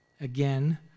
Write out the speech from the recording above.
Again